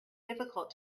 difficult